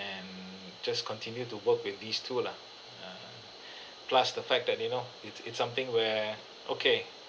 and just continue to work with these two lah err plus the fact that you know it's it's something where okay